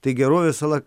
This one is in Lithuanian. tai gerovės sala